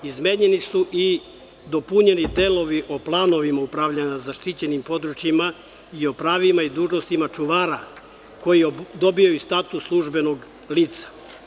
Izmenjeni su i dopunjeni delovi o planovima upravljanja zaštićenim područjima i o pravima i dužnostima čuvara koji dobijaju status službenog lica.